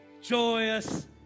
joyous